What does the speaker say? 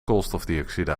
koolstofdioxide